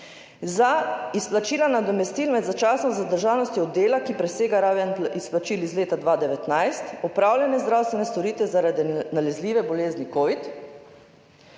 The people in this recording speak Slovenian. Za izplačila nadomestil med začasno zadržanostjo od dela, ki presega raven izplačil iz leta 2019 opravljene zdravstvene storitve zaradi nalezljive bolezni covid.